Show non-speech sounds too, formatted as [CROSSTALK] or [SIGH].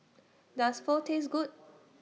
Does Pho Taste Good [NOISE]